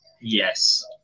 Yes